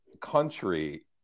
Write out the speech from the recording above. country